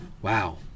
Wow